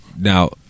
Now